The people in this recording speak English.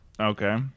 Okay